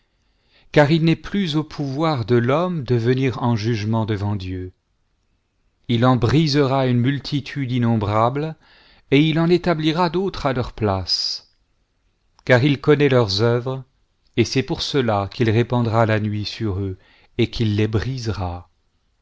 car il n'est plus au pouvoir de l'homme de venir en jugement devant dieu il en brisera une multitude innom brable et il en établira d'autres à leur place car il connaît leurs œuvres et c'est pour cela qu'il répandra la nuit sur eux et qu'il les brisera